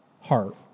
heart